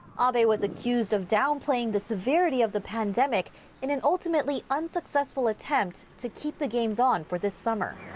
um abe was accused of downplaying the severity of the pandemic in an ultimately unsuccessful attempt to keep the games on for this summer.